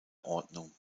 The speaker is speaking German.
ordnung